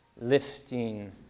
lifting